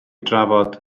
drafod